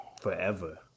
Forever